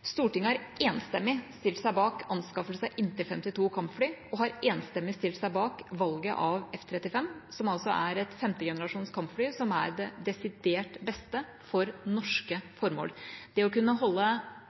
Stortinget har enstemmig stilt seg bak anskaffelse av inntil 52 kampfly og har enstemmig stilt seg bak valget av F-35, som altså er et femte generasjonskampfly, som er det desidert beste for norske formål. Det å kunne holde